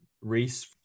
Reese